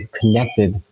connected